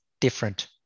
different